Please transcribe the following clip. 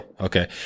Okay